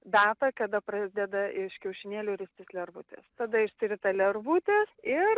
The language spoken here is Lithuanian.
datą kada pradeda iš kiaušinėlių ristis lervutės tada išsirita lervutės ir